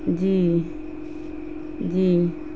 جی جی